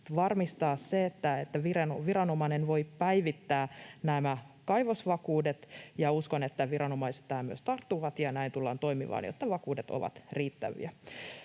varmistaa se, että viranomainen voi päivittää nämä kaivosvakuudet, ja uskon, että viranomaiset tähän myös tarttuvat ja näin tullaan toimimaan, jotta vakuudet ovat riittäviä.